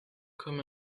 comme